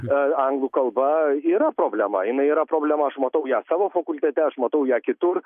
a anglų kalba yra problema jinai yra problema aš matau ją savo fakultete aš matau ją kitur